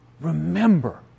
remember